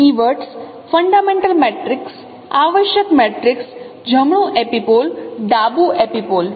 keywords fundamental matrix આવશ્યક matrix જમણું epipole ડાબુ એપિપોલ